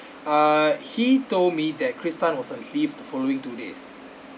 err he told me that chris tan was on leave the following two days